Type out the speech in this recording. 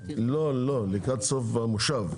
לא, לא, לקראת סוף המושב.